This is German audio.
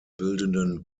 bildenden